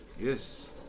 Yes